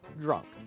Drunk